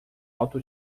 auto